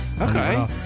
Okay